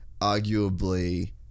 arguably